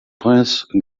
prince